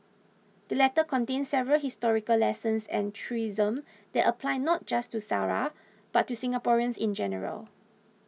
the letter contains several historical lessons and truisms that apply not just to Sara but to Singaporeans in general